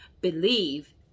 Believe